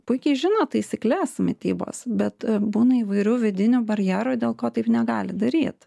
puikiai žino taisykles mitybos bet būna įvairių vidinių barjerų dėl ko taip negali daryt